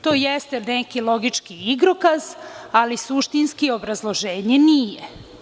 To jeste neki logički igrokaz, ali suštinski obrazloženje nije.